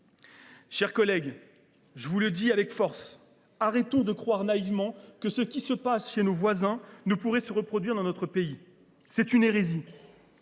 chers collègues, je vous le dis avec force : arrêtons de croire naïvement que ce qui se passe chez nos voisins ne pourrait se produire dans notre pays. Cette croyance